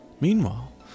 Meanwhile